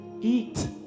eat